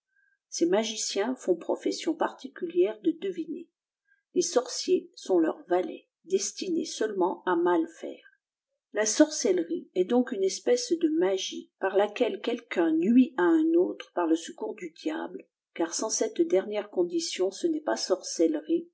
ces magiciens font profession particulière de dçvtnér les sorciers sont leurs valets destinés seulement i mai faire la sorcellerie est donc une espèce ae magie par laquelle juelu'un nuit à un autre par le seçoum du diable cat sans cette dernière condition ce n'est pas sorcemerie